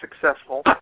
successful